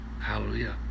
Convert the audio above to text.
hallelujah